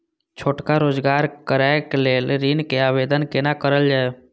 छोटका रोजगार करैक लेल ऋण के आवेदन केना करल जाय?